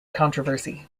controversy